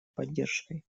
поддержкой